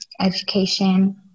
education